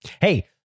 hey